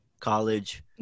college